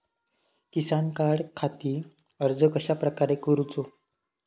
किसान कार्डखाती अर्ज कश्याप्रकारे करूचो?